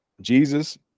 Jesus